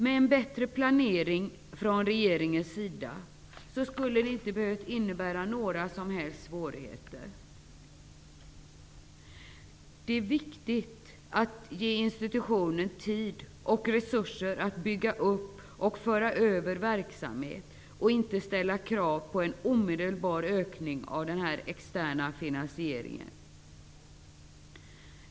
Med en bättre planering från regeringens sida skulle det inte ha behövt innebära några som helst svårigheter. Det är viktigt att ge institutionen tid och resurser att bygga upp och föra över verksamhet och att inte ställa krav på en omedelbar ökning av den externa finansieringen.